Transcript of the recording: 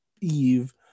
Eve